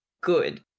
good